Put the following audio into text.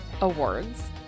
awards